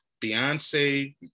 Beyonce